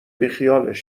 بیخیالش